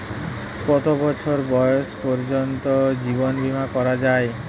কত বছর বয়স পর্জন্ত জীবন বিমা করা য়ায়?